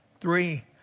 Three